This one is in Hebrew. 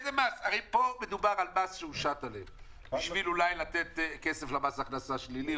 הרי פה מדובר על מס שהושת עליהם בשביל אולי לתת כסף למס הכנסה שלילי,